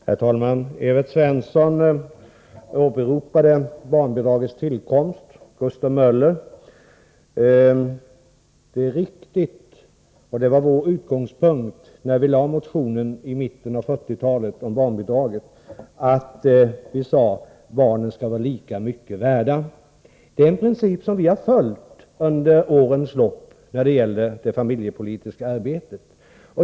Herr talman! Evert Svensson åberopade barnbidragets tillkomst och Gustav Möller. Det är riktigt att vår utgångspunkt, när vi lade fram motionen om barnbidragen i mitten av 1940-talet, var att barnen skulle vara lika mycket värda. Det är en princip som vi har följt under årens lopp i det familjepolitiskaarbetet.